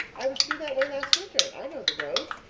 i was through that way last winter and i know the road.